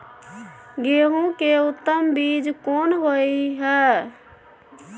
गेहूं के उत्तम बीज कोन होय है?